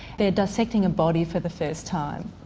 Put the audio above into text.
they are dissecting a body for the first time,